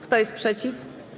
Kto jest przeciw?